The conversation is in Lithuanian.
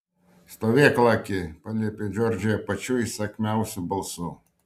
stovėk laki paliepė džordžija pačiu įsakmiausiu balsu